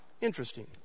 Interesting